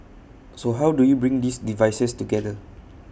so how do you bring these devices together